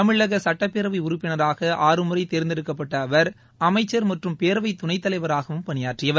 தமிழக சுட்டப்பேரவை உறுப்பினராக ஆறு முறை தேர்ந்தெடுக்கப்பட்ட அவர் அமைச்சர் மற்றும் பேரவைத் துணைத் தலைவராகவும் பணியாற்றியவர்